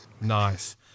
Nice